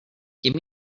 give